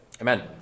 amen